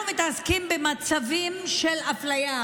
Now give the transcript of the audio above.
אנחנו מתעסקים במצבים של אפליה,